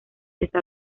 está